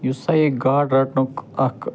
یُس سا یہِ گاڈٕ رٹنُکھ اَکھ